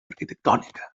arquitectònica